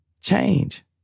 change